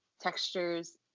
textures